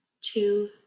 two